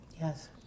Yes